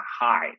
high